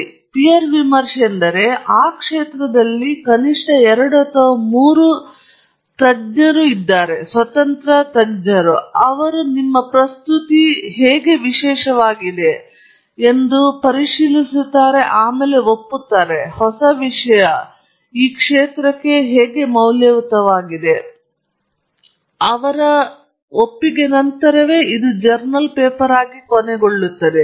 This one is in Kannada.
ಸರಿ ಪೀರ್ ವಿಮರ್ಶೆ ಎಂದರೆ ಇದು ಕ್ಷೇತ್ರದಲ್ಲಿ ಕನಿಷ್ಠ ಎರಡು ಅಥವಾ ಮೂರು ಇತರ ತಜ್ಞರು ನೋಡಿದ್ದಾರೆ ಸ್ವತಂತ್ರ ತಜ್ಞರು ಮತ್ತು ನಿಮ್ಮ ಪ್ರಸ್ತುತಿ ಏನಾದರೂ ವಿಶಿಷ್ಟವೆಂದು ಅವರು ಒಪ್ಪುತ್ತಾರೆ ಹೊಸ ವಿಷಯ ಕ್ಷೇತ್ರಕ್ಕೆ ಮೌಲ್ಯಯುತವಾದದ್ದು ಮತ್ತು ಮಾತ್ರ ನಂತರ ಇದು ಜರ್ನಲ್ ಪೇಪರ್ ಆಗಿ ಕೊನೆಗೊಳ್ಳುತ್ತದೆ